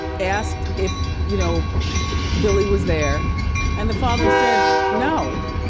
asked if you know billie was there and the father said, no.